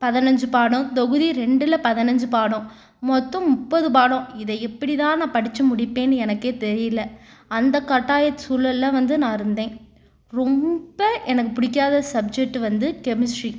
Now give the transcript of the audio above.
பதினைச்சி பாடம் தொகுதி ரெண்டில் பதினைச்சி பாடம் மொத்தம் முப்பது பாடம் இதை எப்படிதான் நான் படித்து முடிப்பேனு எனக்கே தெரியல அந்த கட்டாய சூழலில் வந்து நான் இருந்தேன் ரொம்ப எனக்கு பிடிக்காத சப்ஜெக்ட்டு வந்து கெமிஸ்ட்ரி